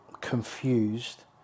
confused